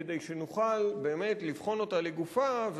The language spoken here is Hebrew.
כדי שנוכל באמת לבחון אותה לגופה,